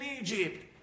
Egypt